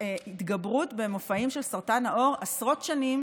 התגברות במופעים של סרטן העור עשרות שנים